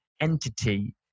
entity